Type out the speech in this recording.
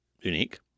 unique